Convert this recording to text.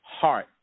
Heart